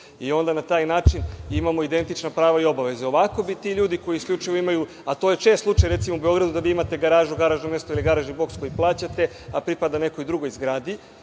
i onda taj način imamo identična prava i obaveze. Ovako bi ti ljudi koji isključivo imaju, a to je čest slučaj, recimo u Beogradu, da vi imate garažu, garažno mesto ili garažni boks koji plaćate, a pripada nekoj drugoj zgradi,